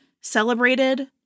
celebrated